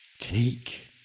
Take